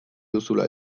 duzula